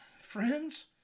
friends